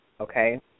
Okay